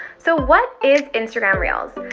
so what is instagram reels?